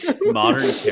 Modern